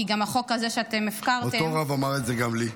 כי החוק הזה שאתם הפרתם --- אותו רב אמר את זה גם לי.